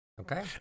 Okay